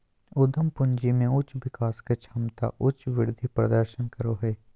उद्यम पूंजी में उच्च विकास के क्षमता उच्च वृद्धि प्रदर्शन करो हइ